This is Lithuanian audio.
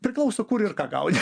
priklauso kur ir ką gauni